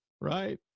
right